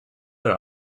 are